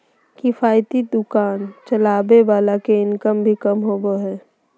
किफायती दुकान चलावे वाला के इनकम भी कम होबा हइ